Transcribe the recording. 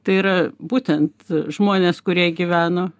tai yra būtent žmonės kurie gyveno